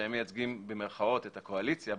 שהם "מייצגים" את "הקואליציה"